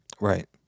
Right